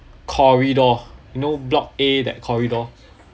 corridor you know block A that corridor